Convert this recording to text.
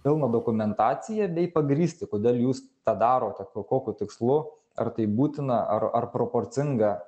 pilną dokumentaciją bei pagrįsti kodėl jūs tą darote kokiu tikslu ar tai būtina ar ar proporcinga